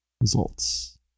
Results